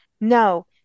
No